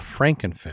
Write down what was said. frankenfish